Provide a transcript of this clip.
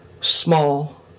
small